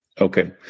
Okay